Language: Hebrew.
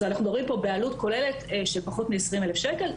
אז אנחנו מדברים פה בעלות כוללת של פחות מ-20,000 שקל.